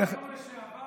סגן יו"ר לשעבר.